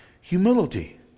humility